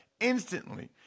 instantly